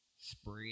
spread